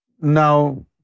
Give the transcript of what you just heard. Now